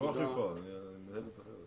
לא אכיפה, אני לא מנהלת אכיפה.